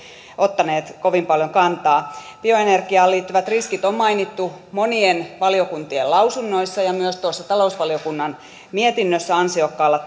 ottaneet kovin paljon kantaa bioenergiaan liittyvät riskit on mainittu monien valiokuntien lausunnoissa ja myös tuossa talousvaliokunnan mietinnössä ansiokkaalla